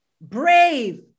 brave